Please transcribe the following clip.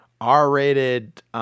R-rated